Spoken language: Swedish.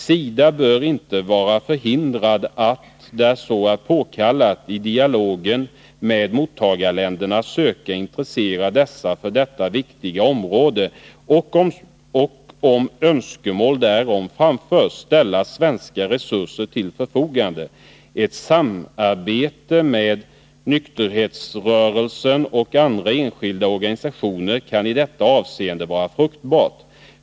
SIDA bör inte vara förhindrat att, där så är påkallat, i dialogen med mottagarländerna söka intressera dessa för detta viktiga område och — om önskemål därom framförs — ställa svenska resurser till förfogande. Ett samarbete med nykterhetsrörelsen och andra enskilda organisationer kan i detta avseende vara fruktbart.